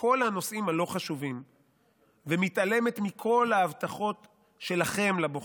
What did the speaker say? בכל הנושאים הלא-חשובים ומתעלמת מכל ההבטחות שלכם לבוחר.